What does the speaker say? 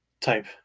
type